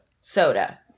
Soda